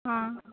ஆ